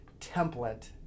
template